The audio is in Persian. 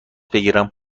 بگیرم